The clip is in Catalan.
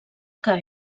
que